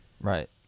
Right